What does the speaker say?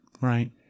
Right